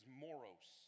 moros